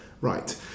Right